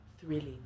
thrilling